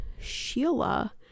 Sheila